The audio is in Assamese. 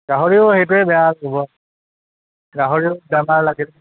গাহৰিও সেইটোৱে বেয়া হ'ব গাহৰিও বেমাৰ লাগে